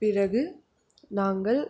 பிறகு நாங்கள்